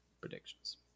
predictions